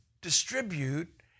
distribute